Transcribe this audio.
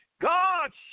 God